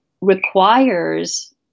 requires –